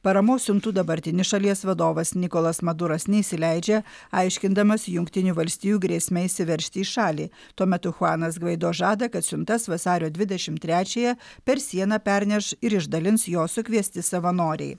paramos siuntų dabartinis šalies vadovas nikolas maduras neįsileidžia aiškindamas jungtinių valstijų grėsme įsiveržti į šalį tuo metu chuanas gvaido žada kad siuntas vasario dvidešimt trečiąją per sieną perneš ir išdalins jos sukviesti savanoriai